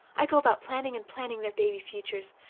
i go about planning and planning their baby futures,